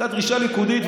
הייתה דרישה ליכודית,